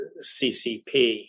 CCP